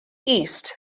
east